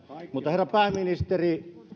herra pääministeri minun